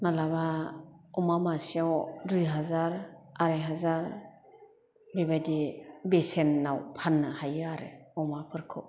मालाबा अमा मासेआव दुइ हाजार आराइ हाजार बेबायदि बेसेनाव फाननो हायो आरो अमाफोरखौ